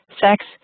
sex